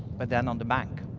but then on the bank.